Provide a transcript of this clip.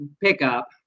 pickup